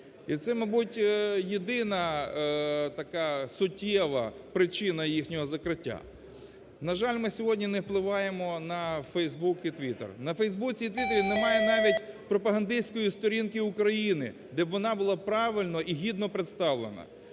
І це, мабуть, єдина така суттєва причина їхнього закриття. На жаль, ми сьогодні не впливаємо на "Фейсбук" і "Твіттер". На "Фейсбуці" і "Твіттері" немає навіть пропагандистської сторінки України, де б вона була правильно і гідно представлена.